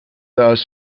thus